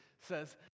says